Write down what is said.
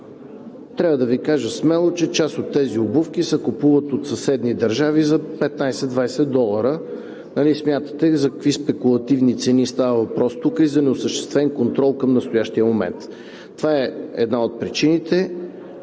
Трябва да Ви кажа смело, че част от тези обувки се купуват от съседни държави за 15 – 20 долара. Смятайте за какви спекулативни цени става въпрос тук и за неосъществен контрол към настоящия момент. Това е една от причините,